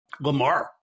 Lamar